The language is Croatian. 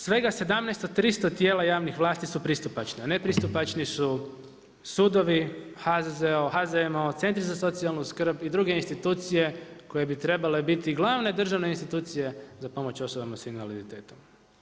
Svega 17 od 300 tijela javnih vlasti su pristupačni a nepristupačni su sudovi, HZZO, HZMO, centri za socijalnu skrb i druge institucije koje bi trebale biti glavne državne institucije za pomoć osobama sa invaliditetom.